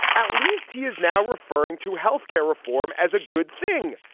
at least he is now referring to health care reform as a good thing,